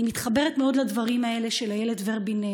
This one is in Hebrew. אני מתחברת מאוד לדברים האלה של איילת ורבין,